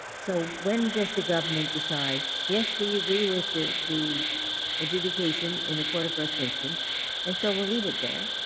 so, when does the government decide, yes, we agree with the the adjudication in the court of first instance and so we'll leave it there,